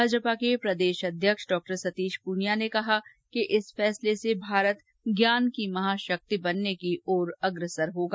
भाजपा के प्रदेश अध्यक्ष डॉ सतीश पूनिया ने कहा कि इस फैसले से भारत ज्ञान की महाशक्ति बनने की ओर अग्रसर होगा